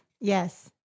yes